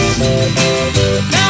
Now